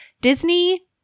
Disney